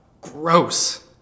gross